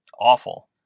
awful